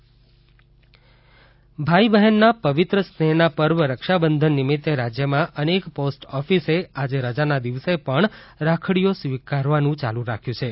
Rakshabandhan post office ભાઇ બહેનના પવિત્ર સ્નેહના પર્વ રક્ષાબંધન નિમિત્તે રાજ્યમાં અનેક પોસ્ટ ઓફિસે આજે રજાના દિવસે પણ રાખડીઓ સ્વીકારવાનું ચાલુ રાખ્યું છે